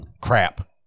crap